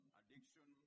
addiction